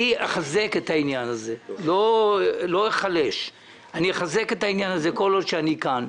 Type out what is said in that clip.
אני אחזק את שמירת הנוהל כל עוד אני בוועדה.